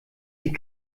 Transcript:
sie